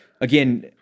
again-